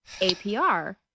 APR